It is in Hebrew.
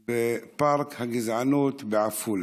בפארק הגזענות בעפולה.